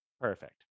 Perfect